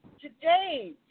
today